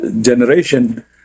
generation